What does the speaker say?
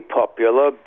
popular